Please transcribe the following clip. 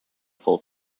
full